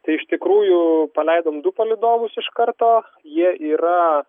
tai iš tikrųjų paleidom du palydovus iš karto jie yra